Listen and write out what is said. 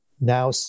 now